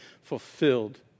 fulfilled